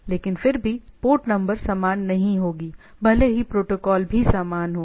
तो server IP client IP समान होगा लेकिन फिर भी पोर्ट नंबर समान नहीं होगी भले ही प्रोटोकॉल भी समान हो